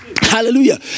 Hallelujah